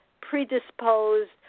predisposed